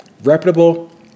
reputable